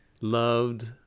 loved